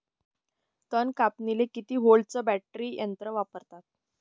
तन कापनीले किती व्होल्टचं बॅटरी यंत्र वापरतात?